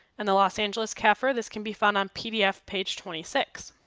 and the los angeles cafr this can be found on pdf page twenty six.